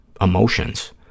emotions